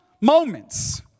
moments